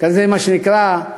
מה שנקרא,